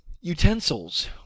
utensils